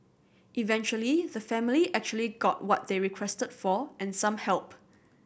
eventually the family actually got what they requested for and some help